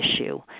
issue